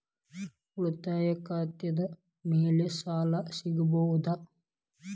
ಉಳಿತಾಯ ಖಾತೆದ ಮ್ಯಾಲೆ ಸಾಲ ಸಿಗಬಹುದಾ?